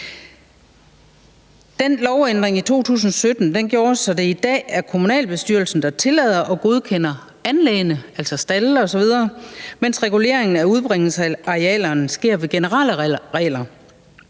Den lovændring i 2017 gjorde, at det i dag er kommunalbestyrelsen, der tillader og godkender anlæggene, altså stalde osv., mens reguleringen af udbringningsarealerne sker ved generelle regler.